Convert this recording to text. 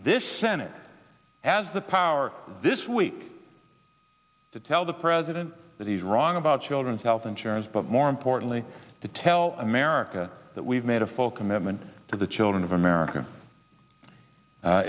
this senate has the power this week to tell the president that he's wrong about children's health insurance but more importantly to tell america that we've made a full commitment to the children of america